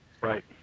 Right